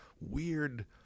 weird